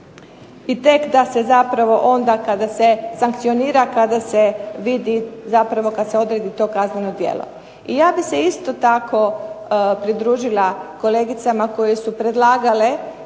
I tek da se zapravo onda kada se sankcionira kada se odredi to kazneno djelo. Ja bih se isto tako pridružila kolegicama koje su predlagale